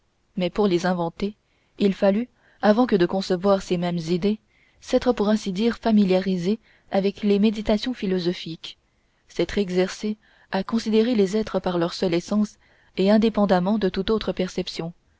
mais pour les inventer il fallut avant que de concevoir ces mêmes idées s'être pour ainsi dire familiarisé avec les méditations philosophiques s'être exercé à considérer les êtres par leur seule essence et indépendamment de toute autre perception